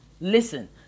listen